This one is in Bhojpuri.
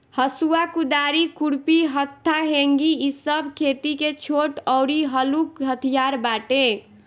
हसुआ, कुदारी, खुरपी, हत्था, हेंगी इ सब खेती के छोट अउरी हलुक हथियार बाटे